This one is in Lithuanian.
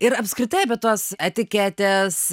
ir apskritai apie tuos etiketes